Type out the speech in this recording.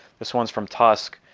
this one's from tusk.